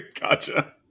Gotcha